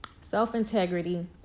self-integrity